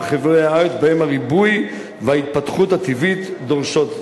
חבלי הארץ שבהם הריבוי וההתפתחות הטבעית דורשים זאת.